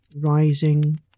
rising